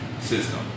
system